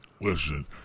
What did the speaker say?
Listen